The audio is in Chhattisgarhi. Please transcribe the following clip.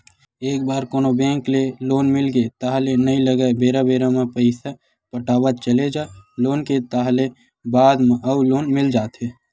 एक बार कोनो बेंक ले लोन मिलगे ताहले नइ लगय बेरा बेरा म पइसा पटावत चले जा लोन के ताहले बाद म अउ लोन मिल जाथे